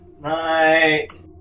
Night